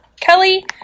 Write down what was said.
Kelly